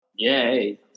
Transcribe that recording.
Yay